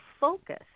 focus